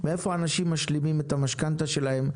מאיפה אנשים משלימים את המשכנתה שלהם,